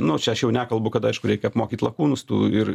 nu čia aš jau nekalbu kad aišku reikia apmokyt lakūnus tų ir